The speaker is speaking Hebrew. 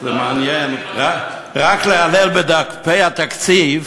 זה מעניין, רק לעלעל בדפי התקציב